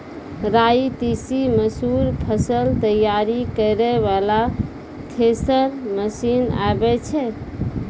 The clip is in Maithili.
राई तीसी मसूर फसल तैयारी करै वाला थेसर मसीन आबै छै?